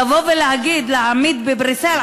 לבוא ולהגיד "להעמיד בבריסל"?